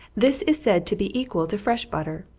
this is said to be equal to fresh butter.